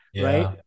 Right